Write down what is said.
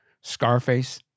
Scarface